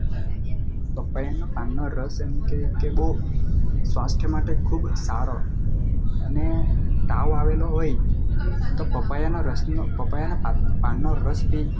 પપૈયાનો પાનનો રસ એમ કહે કે બહું સ્વાસ્થ્ય માટે ખુબ સારો અને તાવ આવેલો હોય તો પપૈયાનાં રસનો પપૈયાનાં પાનનો રસ પીએ